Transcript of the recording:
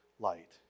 Light